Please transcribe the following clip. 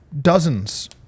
dozens